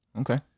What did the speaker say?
Okay